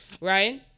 right